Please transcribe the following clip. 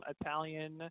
Italian